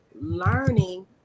learning